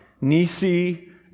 Nisi